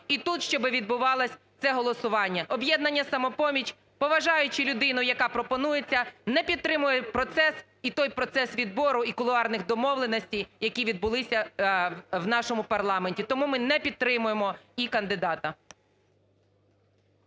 і тут щоб відбувалось це голосування. Об'єднання "Самопоміч", поважаючи людину, яка пропонується, не підтримує процес, і той процес відбору і кулуарних домовленостей, які відбулися в нашому парламенті. Тому ми не підтримуємо і кандидата.